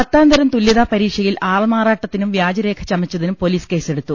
പത്താം തരം തുല്യതാപരീക്ഷയിൽ ആൾമാറാട്ടത്തിനും വ്യാജ രേഖ ചമച്ചതിനും പൊലീസ് കേസെടുത്തു